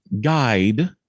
guide